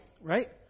Right